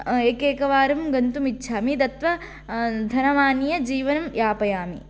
एकेकवारं गन्तुमिच्छामि दत्वा धनमानीयं जीवनं यापयामि